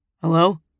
Hello